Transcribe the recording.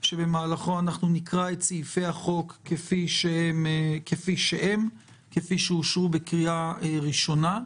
שבמהלכו נקרא את סעיפי הצעת החוק כפי שאושרו בקריאה הראשונה,